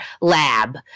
lab